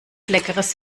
leckeres